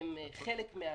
וחצי האלה,